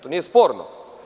To nije sporno.